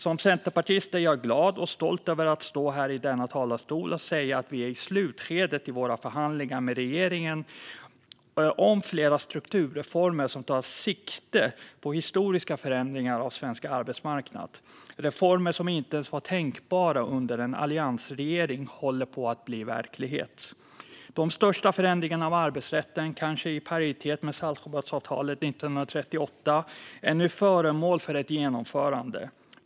Som centerpartist är jag glad och stolt över att stå här i denna talarstol och säga att vi är i slutskedet i våra förhandlingar med regeringen om flera strukturreformer som tar sikte på historiska förändringar av svensk arbetsmarknad. Reformer som inte ens var tänkbara under en alliansregering håller på att bli verklighet. De största förändringarna av arbetsrätten, kanske i paritet med Saltsjöbadsavtalet 1938, är nu föremål för ett genomförande.